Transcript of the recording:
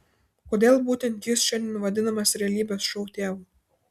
kodėl būtent jis šiandien vadinamas realybės šou tėvu